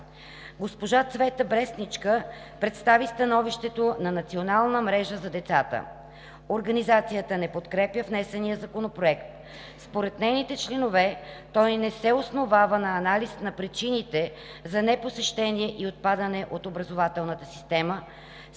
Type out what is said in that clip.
Госпожа Цвета Брестничка представи становището на Национална мрежа за децата. Организацията не подкрепя внесения законопроект. Според нейните членове той не се основава на анализ на причините за непосещение и отпадане от образователната система,